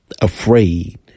afraid